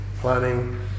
planning